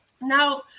Now